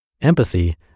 Empathy